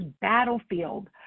battlefield